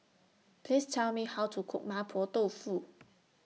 Please Tell Me How to Cook Mapo Tofu